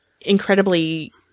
incredibly